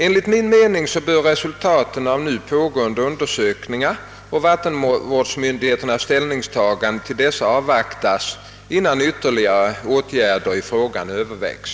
Enligt min mening bör resultaten av nu pågående undersökningar och vattenvårdsmyndigheternas = ställningstaganden till dessa avvaktas, innan ytterligare åtgärder i frågan Övervägs.